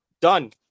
done